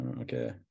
okay